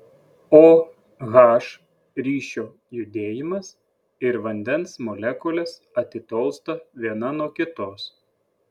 o h ryšio judėjimas ir vandens molekulės atitolsta viena nuo kitos